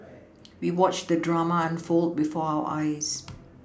we watched the drama unfold before our eyes